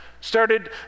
Started